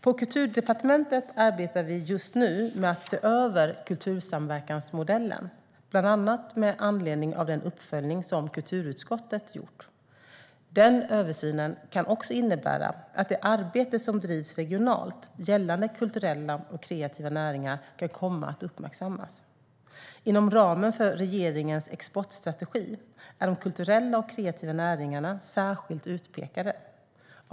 På Kulturdepartementet arbetar vi just nu med att se över kultursamverkansmodellen, bland annat med anledning av den uppföljning som kulturutskottet gjort. Den översynen kan också innebära att det arbete som drivs regionalt gällande kulturella och kreativa näringar kan komma att uppmärksammas. Inom ramen för regeringens exportstrategi är de kulturella och kreativa näringarna särskilt utpekade.